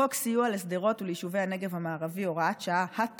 הצעת חוק סיוע לשדרות וליישובי הנגב המערבי (הוראת שעה),